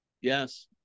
Yes